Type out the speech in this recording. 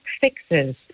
fixes